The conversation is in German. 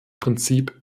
prinzip